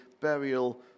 burial